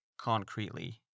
concretely